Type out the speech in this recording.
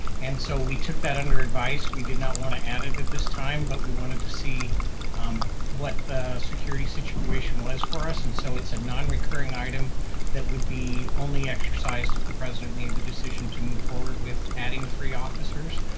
and so we took that under advice, we did not want to add it at this time, but we wanted to see what the security situation was for us. and so it's a non recurring item that would be only exercised if the president made the decision to move forward with adding three officers.